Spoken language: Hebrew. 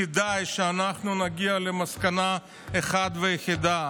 כדאי שנגיע למסקנה אחת ויחידה: